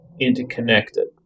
interconnected